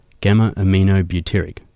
gamma-aminobutyric